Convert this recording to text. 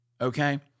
okay